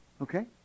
Okay